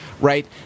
right